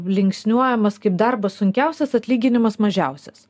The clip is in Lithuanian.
linksniuojamos kaip darbas sunkiausias atlyginimas mažiausias